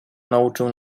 nauczył